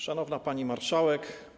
Szanowna Pani Marszałek!